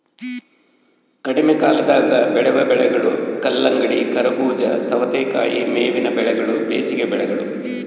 ಕಡಿಮೆಕಾಲದಾಗ ಬೆಳೆವ ಬೆಳೆಗಳು ಕಲ್ಲಂಗಡಿ, ಕರಬೂಜ, ಸವತೇಕಾಯಿ ಮೇವಿನ ಬೆಳೆಗಳು ಬೇಸಿಗೆ ಬೆಳೆಗಳು